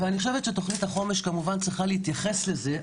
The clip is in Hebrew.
אני חושבת שתוכנית החומש כמובן צריכה להתייחס לזה,